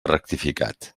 rectificat